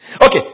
Okay